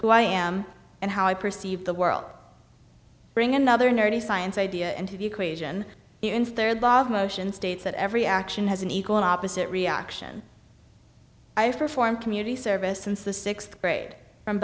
who i am and how i perceive the world bring another nerdy science idea and to the equation in third bob motion states that every action has an equal and opposite reaction i have perform community service since the sixth grade from